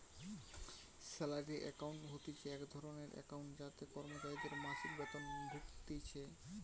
salary account হতিছে এক ধরণের একাউন্ট যাতে কর্মচারীদের মাসিক বেতন ঢুকতিছে